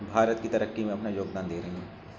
بھارت کی ترقی میں اپنا یوگدان دے رہی ہیں